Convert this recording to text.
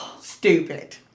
Stupid